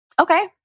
Okay